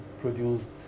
produced